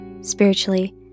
spiritually